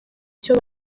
cyo